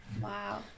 Wow